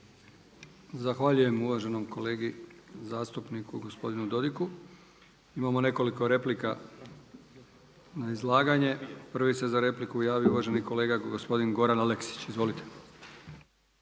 Zahvaljujem uvaženom kolegi zastupniku gospodinu Dodigu. Imamo nekoliko replika na izlaganje. Prvi se za repliku javio uvaženi kolega gospodin Goran Aleksić. Izvolite.